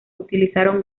utilizaron